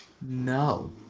No